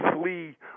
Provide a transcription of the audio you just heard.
flee